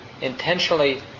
intentionally